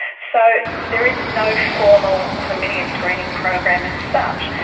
so there is no formal chlamydia screening program as such,